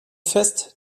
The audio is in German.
fest